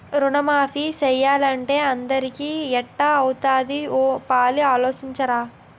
రుణమాఫీ సేసియ్యాలంటే అందరికీ ఎట్టా అవుతాది ఓ పాలి ఆలోసించరా